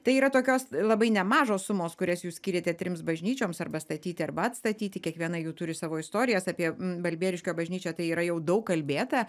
tai yra tokios labai nemažos sumos kurias jūs skyrėte trims bažnyčioms arba statyti arba atstatyti kiekviena jų turi savo istorijas apie balbieriškio bažnyčią tai yra jau daug kalbėta